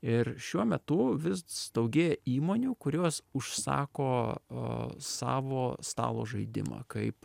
ir šiuo metu vis daugėja įmonių kurios užsako a savo stalo žaidimą kaip